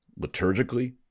liturgically